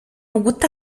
uguta